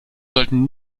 sollten